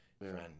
friend